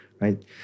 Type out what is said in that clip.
right